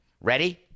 ready